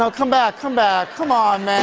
um come back, come back. come on,